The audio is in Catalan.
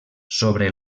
sobre